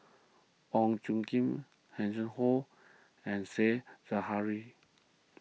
Wong Khim Hanson Ho and Said Zahari